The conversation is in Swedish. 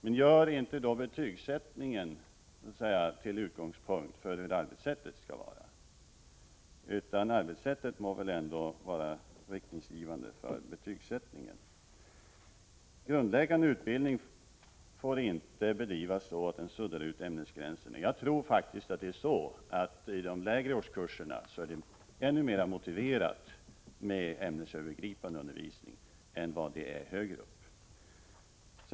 Men gör då inte betygsättningen till utgångspunkt för hur arbetet skall bedrivas! Arbetssättet må väl ändå vara riktgivande för betygsättningen. Grundläggande utbildning får inte bedrivas så att den suddar ut ämnesgränserna, har det sagts. Jag tror faktiskt att i de lägre årskurserna är det ännu mera motiverat med ämnesövergripande undervisning än vad det är högre upp.